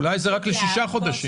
אולי זה רק לשישה חודשים.